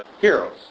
heroes